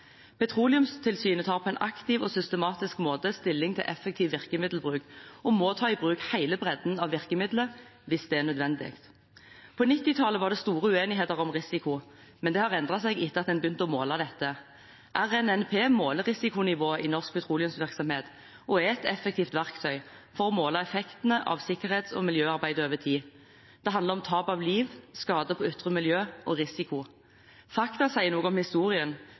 Petroleumstilsynet tar på en aktiv og systematisk måte stilling til effektiv virkemiddelbruk og må ta i bruk hele bredden av virkemidler hvis det er nødvendig. På 1990-tallet var det store uenigheter om risiko, men det har endret seg etter at man begynte å måle dette. RNNP måler risikonivået i norsk petroleumsvirksomhet og er et effektivt verktøy for å måle effektene av sikkerhets- og miljøarbeidet over tid. Det handler om tap av liv, skade på ytre miljø og risiko. Fakta sier noe om historien,